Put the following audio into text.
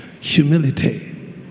humility